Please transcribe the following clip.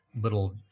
little